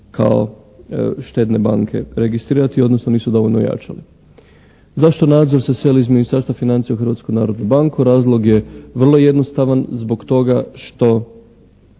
kao štedne banke registrirati, odnosno nisu dovoljno ojačali. Zašto nadzor se seli iz Ministarstva financija u Hrvatsku narodnu banku? Razlog je vrlo jednostavan, zbog toga što